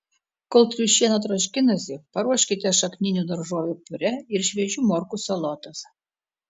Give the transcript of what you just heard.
kol triušiena troškinasi paruoškite šakninių daržovių piurė ir šviežių morkų salotas